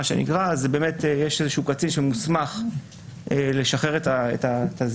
אז באמת יש איזשהו קצין שמוסמך לשחרר את הזירה,